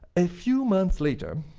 a few months later,